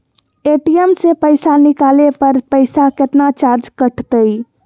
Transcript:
ATM से पईसा निकाले पर पईसा केतना चार्ज कटतई?